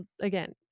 again